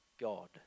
God